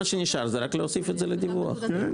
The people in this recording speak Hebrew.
מה שנשאר זה רק להוסיף את זה לדיווח השנתי.